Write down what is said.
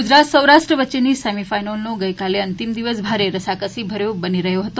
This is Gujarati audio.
ગુજરાત સૌરાષ્ટ્ર વચ્ચેની સેમી ફાઇનલનો ગઇકાલે અંતિમ દિવસ ભારે રસાકસી ભર્યો બની રહ્યો હતો